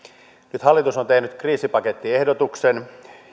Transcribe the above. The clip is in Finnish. nyt hallitus on tehnyt kriisipakettiehdotuksen